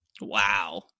Wow